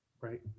right